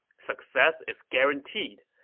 success is guaranteed.